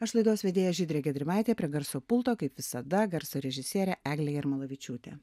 aš laidos vedėja žydrė gedrimaitė prie garso pulto kaip visada garso režisierė eglė jarmolavičiūtė